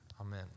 Amen